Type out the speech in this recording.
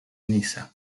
niza